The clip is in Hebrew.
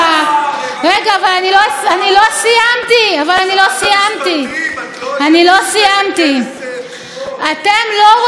אתם לא רוצים בית משפט עצמאי, חזק וזקוף.